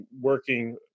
working